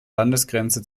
landesgrenze